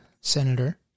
senator